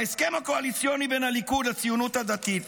בהסכם הקואליציוני בין הליכוד לציונות הדתית,